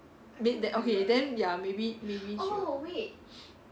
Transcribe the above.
then okay then ya maybe maybe she